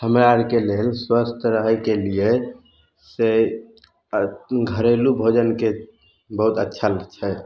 हम्मे आरके लेल स्वस्थ रहै केलिए से घरेलु भोजनके बहुत अच्छा ने छै